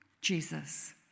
Jesus